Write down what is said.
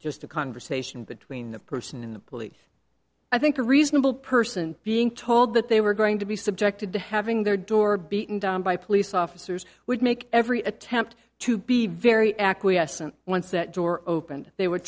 just a conversation between the person in the police i think a reasonable person being told that they were going to be subjected to having their door beaten down by police officers would make every attempt to be very acquiescent once that door opened they would